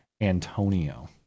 Antonio